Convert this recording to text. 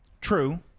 True